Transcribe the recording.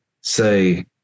say